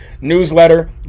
newsletter